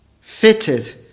fitted